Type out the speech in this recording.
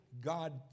God